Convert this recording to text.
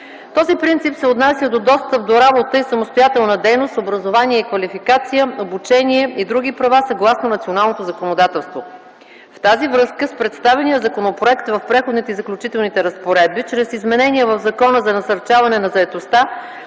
Този принцип се отнася до достъп до работа и самостоятелна дейност, образование и квалификация, обучение и други права съгласно националното законодателство. В тази връзка с представения законопроект в Преходните и заключителните разпоредби чрез изменения в Закона за насърчаване на заетостта